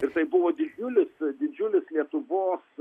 jisai buvo didžiulis didžiulis lietuvos